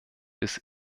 bis